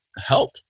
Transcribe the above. help